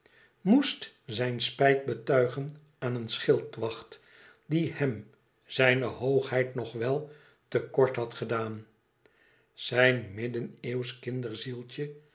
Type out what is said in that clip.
mest zijn spijt betuigen aan een schildwacht die hèm zijne hoogheid nog wel te kort had gedaan zijn middeneeuwsch